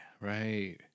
right